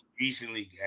recently